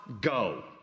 go